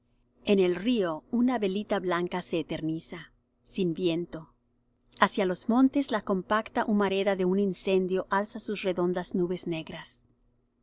en el río una velita blanca se eterniza sin viento hacia los montes la compacta humareda de un incendio alza sus redondas nubes negras